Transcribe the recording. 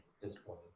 disappointing